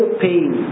pain